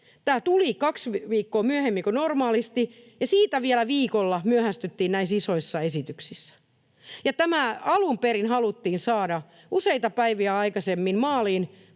Tämä tuli kaksi viikkoa myöhemmin kuin normaalisti, ja siitä vielä viikolla myöhästyttiin näissä isoissa esityksissä, ja tämä alun perin haluttiin saada useita päiviä aikaisemmin maaliin